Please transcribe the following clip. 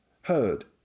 heard